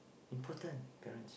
important parents